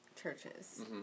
churches